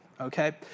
okay